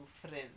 friends